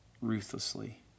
ruthlessly